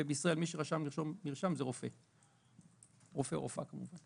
ובישראל מי שרשאי לרשום מרשם זה רופא או רופאה כמובן.